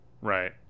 right